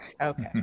Okay